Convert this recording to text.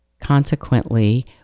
Consequently